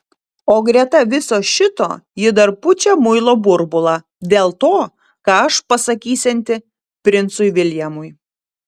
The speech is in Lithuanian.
o greta viso šito ji dar pučia muilo burbulą dėl to ką aš pasakysianti princui viljamui